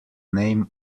name